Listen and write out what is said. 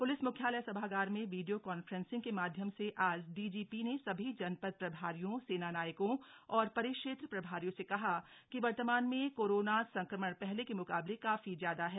police मुख्यालय सभागार में वीडियो कान्फ्रेसिंग के माध्यम से आज डीजीपी ने सभी जनपद प्रभारियों सेनानायकों और परिक्षेत्र प्रभारियों से कहा कि वर्तमान में कोरोना संक्रमण पहले के मुकाबले काफी ज्यादा है